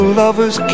lovers